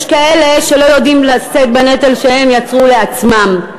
יש כאלה שלא יודעים לשאת בנטל שהם יצרו לעצמם.